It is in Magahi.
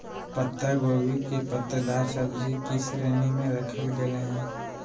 पत्ता गोभी के पत्तेदार सब्जि की श्रेणी में रखल गेले हें